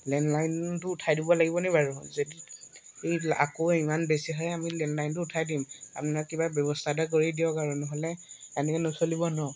লেণ্ডলাইনটো উঠাই দিব লাগিবনে বাৰু যদি এই আকৌ ইমান বেছি হয় আমি লেণ্ডলাইনটো উঠাই দিম আপোনাক কিবা ব্যৱস্থা এটা কৰি দিয়ক আৰু নহ'লে এনেকে নচলিব ন